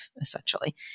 essentially